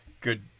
good